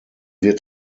wird